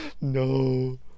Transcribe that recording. no